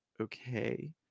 okay